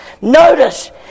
Notice